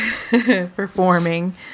performing